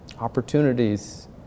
opportunities